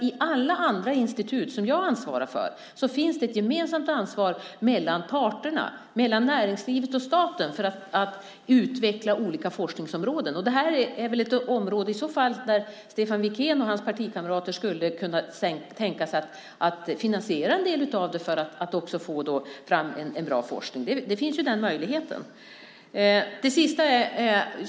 I alla andra institut som jag ansvarar för finns det ett gemensamt ansvar mellan parterna, mellan näringslivet och staten, för att utveckla olika forskningsområden. Det här är väl i så fall ett område där Stefan Wikén och hans partikamrater skulle kunna tänka sig att finansiera en del av det för att få fram en bra forskning. Den möjligheten finns ju.